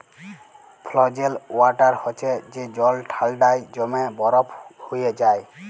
frozen water হছে যে জল ঠাল্ডায় জইমে বরফ হঁয়ে যায়